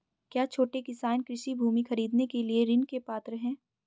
क्या छोटे किसान कृषि भूमि खरीदने के लिए ऋण के पात्र हैं?